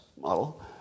model